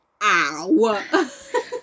ow